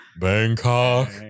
Bangkok